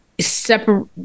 separate